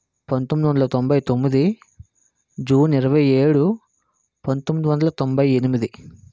పంతొమ్మిది వందల తొంభై తొమ్మిది జూన్ ఇరవై ఏడు పంతొమ్మిది వందల తొంభై ఎనిమిది